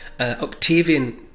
Octavian